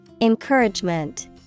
Encouragement